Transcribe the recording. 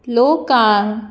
लोकां